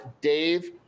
Dave